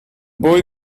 boy